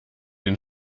den